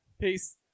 Peace